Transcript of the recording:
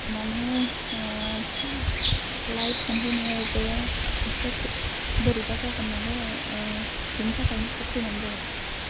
माने फ्लाइट हमहैनायावबो एसे गो बोरैबा जागोन नालाय बेनि थाखायनो थाब फैबानो जाबाय